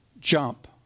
jump